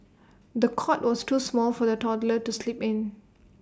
the cot was too small for the toddler to sleep in